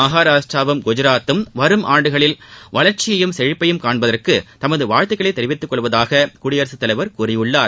மகராஷ்டிராவும் குஜராத்தும் வரும் ஆண்டுகளில் வளர்ச்சியையும் செழிப்பையும் காண்பதற்கு தமது வாழ்த்துக்களைத் தெரிவித்துக் கொள்வதாக குடியரசுத் தலைவர் கூறியுள்ளார்